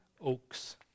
oaks